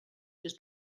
des